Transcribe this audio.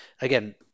again